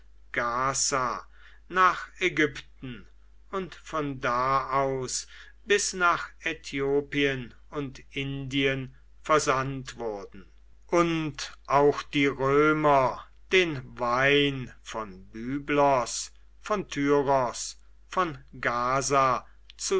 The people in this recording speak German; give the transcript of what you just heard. nach ägypten und von da aus bis nach äthiopien und indien versandt wurden und auch die römer den wein von byblos von tyros von